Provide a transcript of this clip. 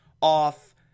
off